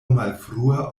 malfrua